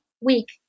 week